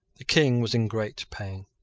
the king was in great pain,